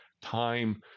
time